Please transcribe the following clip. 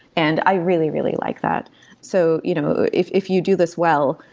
and i really, really like that so you know if if you do this well,